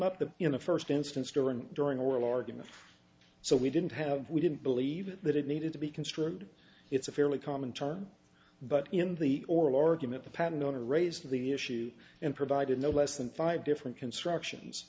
the in the first instance during the during oral argument so we didn't have we didn't believe that it needed to be construed it's a fairly common term but in the oral argument the patent on a raised the issue and provided no less than five different constructions